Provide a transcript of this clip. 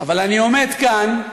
אבל אני עומד כאן,